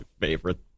favorite